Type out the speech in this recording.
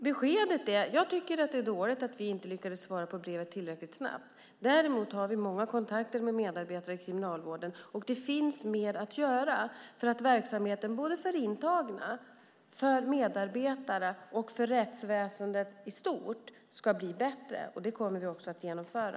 Beskedet är att jag tycker att det är dåligt att vi inte lyckades svara på brevet tillräckligt snabbt. Däremot har vi många kontakter med medarbetare i kriminalvården. Det finns mer att göra för att verksamheten, för intagna, för medarbetare och för rättsväsendet i stort, ska bli bättre, och det kommer vi också att genomföra.